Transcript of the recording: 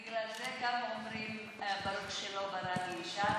בגלל זה גם אומרים: ברוך שלא בראני אישה,